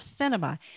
cinema